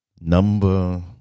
Number